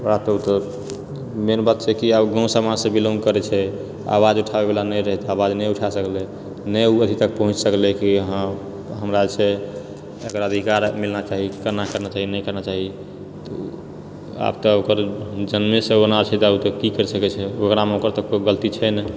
ओकरा तऽ मेन बात छै किआ ओ गाँव समाजसँ बिलोंग करैत छेै आवाज उठाबय बला नहि रहै तऽ आवाज नहि उठा सकलेै हँ नहि ओहितक पहुँच सकलेै हँ कि हँ हमरा जेछेै एकर अधिकार मिलना चाही करना चाही नहि करना चाही तऽ ओ आब तऽ ओकर जन्मेसँ ओना छै तऽ कि करि सकैत छै ओकरामे ओकर तऽ कोइ गलती छै नहि